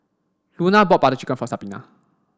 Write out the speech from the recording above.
Luna bought Butter Chicken for Sabina